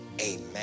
Amen